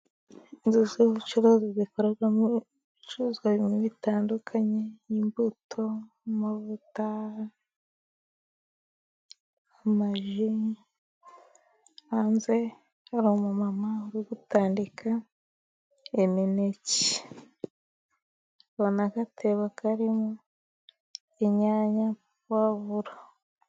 Inzu z'ubucuruzi zikorerwamo ibicuruzwa bimwe bitandukanye, imbuto, amavuta, ji, hanze hari umumama uri gutandika imineke, hari n'agatebo karimo inyanya, puwavuro.